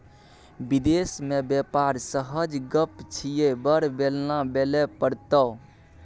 विदेश मे बेपार सहज गप छियै बड़ बेलना बेलय पड़तौ